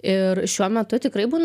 ir šiuo metu tikrai būna